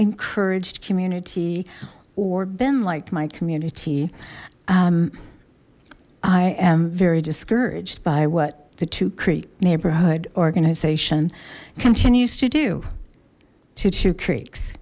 encouraged community or been like my community i am very discouraged by what the two creek neighborhood organization continues to do to chew creaks